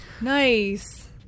Nice